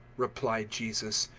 replied jesus,